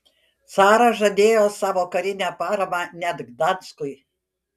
caras žadėjo savo karinę paramą net gdanskui